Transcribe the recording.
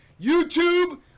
YouTube